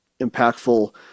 impactful